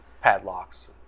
Padlocks